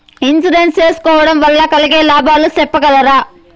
Insurance సేసుకోవడం వల్ల కలిగే లాభాలు సెప్పగలరా?